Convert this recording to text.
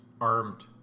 armed